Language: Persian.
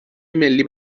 ملی